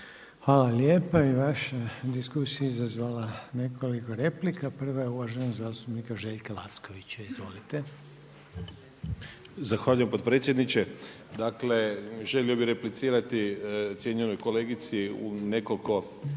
Hvala lijepa. I vaša diskusija je izazvala nekoliko replika. Prva je uvaženog zastupnika Željka Lackovića. Izvolite. **Lacković, Željko (Nezavisni)** Zahvaljujem potpredsjedniče. Dakle želio bih replicirati cijenjenoj kolegici u nekoliko